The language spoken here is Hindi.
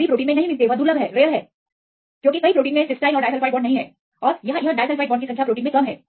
क्योंकि यह दुर्लभ है क्योंकि कई प्रोटीन मे सिस्टीन और डाइसल्फ़ाइड बांड नहीं है और यहां तक के साथ प्रोटीन में संख्या कम है